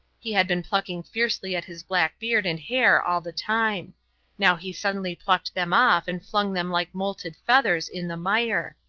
he had been plucking fiercely at his black beard and hair all the time now he suddenly plucked them off and flung them like moulted feathers in the mire.